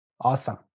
Awesome